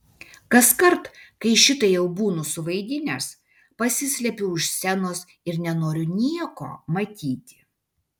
kaskart kai šitai jau būnu suvaidinęs pasislepiu už scenos ir nenoriu nieko matyti